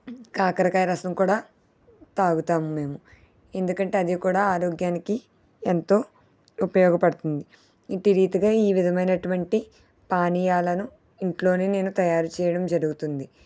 కాకరకాయ రసం కూడా తాగుతాం మేము ఎందుకంటే అది కూడా ఆరోగ్యానికి ఎంతో ఉపయోగపడుతుంది ఇట్టి రీతిగా ఈ విధమైనటువంటి పానీయాలను ఇంట్లోనే నేను తయారు చేయడం జరుగుతుంది